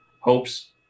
hopes